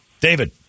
David